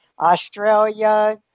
australia